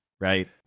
Right